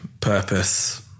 purpose